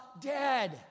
dead